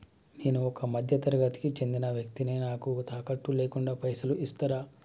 నేను ఒక మధ్య తరగతి కి చెందిన వ్యక్తిని నాకు తాకట్టు లేకుండా పైసలు ఇస్తరా?